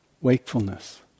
wakefulness